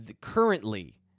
Currently